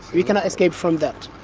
we cannot escape from that